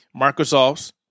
Microsoft's